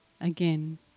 again